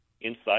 inside